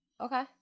Okay